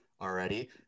already